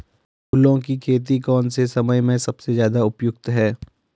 फूलों की खेती कौन से समय में सबसे ज़्यादा उपयुक्त है?